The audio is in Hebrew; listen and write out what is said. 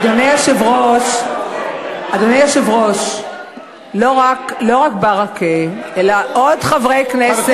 אדוני היושב-ראש, לא רק ברכה, אלא עוד חברי כנסת.